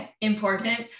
important